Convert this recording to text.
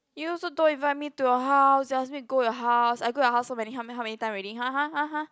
you also don't invite me to your house you ask me go your house I go your house so many how many how many time already !huh! !huh! !huh! !huh!